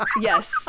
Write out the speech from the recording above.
yes